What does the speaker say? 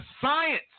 science